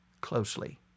closely